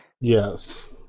Yes